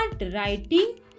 writing